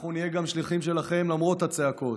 אנחנו נהיה גם שליחים שלכם, למרות הצעקות.